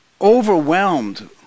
overwhelmed